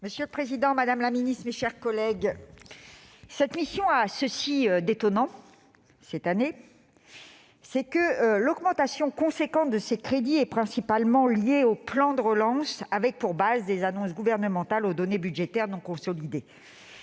Monsieur le président, madame la ministre, mes chers collègues, cette mission a ceci d'étonnant que l'augmentation importante de ses crédits est principalement liée au plan de relance, avec, pour base, des annonces gouvernementales aux données budgétaires non consolidées.